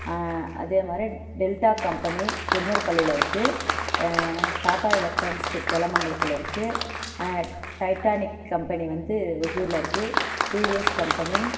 அதேமாரி Delta company குருபரபள்ளில இருக்குது டாட்டா எலெக்ட்ரானிக்ஸ் கெலமங்கலத்தில் இருக்குது டைட்டானிக் கம்பெனி வந்து ஓசூரில் இருக்குது டிவிஎஸ் கம்பனி